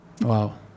wow